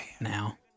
now